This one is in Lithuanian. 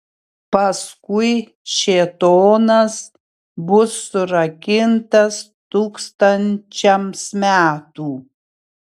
paskui šėtonas bus surakintas tūkstančiams metų